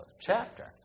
chapter